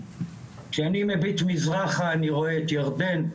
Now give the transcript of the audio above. שאני מביט מזרחה אני רואה את ירדן,